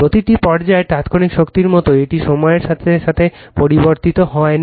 প্রতিটি পর্যায়ের তাত্ক্ষণিক শক্তির মতো এটি সময়ের সাথে পরিবর্তিত হয় না